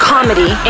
Comedy